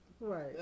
Right